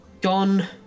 Gone